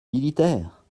militaire